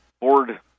board